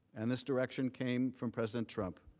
and this direction came from president trump.